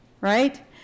right